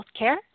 Healthcare